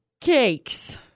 cakes